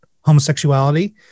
homosexuality